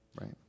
right